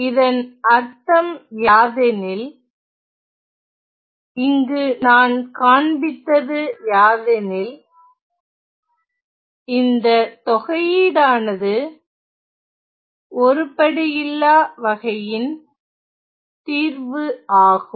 இதன் அர்த்தம் யாதெனில் இங்கு நான் காண்பித்தது யாதெனில் இந்த தொகையீடானது ஒருபடுயில்லா வகையின் தீர்வு ஆகும்